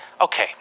Okay